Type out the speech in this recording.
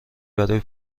برای